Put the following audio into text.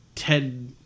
Ted